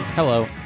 Hello